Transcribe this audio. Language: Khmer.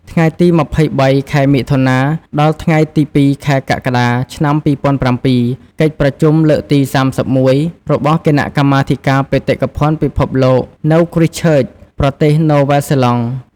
ថ្ងៃទី២៣ ខែមិថុនា ដល់ថ្ងៃទី០២ ខែកក្កដា ឆ្នាំ២០០៧ កិច្ចប្រជុំលើកទី៣១ របស់គណៈកម្មាធិការបេតិកភណ្ឌពិភពលោក នៅហ្គ្រីសឆឺច (Christchuech) ប្រទេសណូវែលហ្សេឡង់។